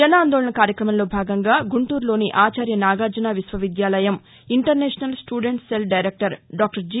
జన్ ఆందోళన్ కార్యక్రమంలో భాగంగా గుంటూరులోని ఆచార్య నాగార్జున విశ్వవిద్యాలయం international students cell director doctor G